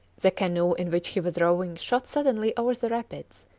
the canoe in which he was rowing shot suddenly over the rapids,